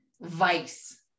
vice